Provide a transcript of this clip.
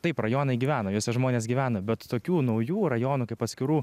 taip rajonai gyvena juose žmonės gyvena bet tokių naujų rajonų kaip atskirų